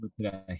today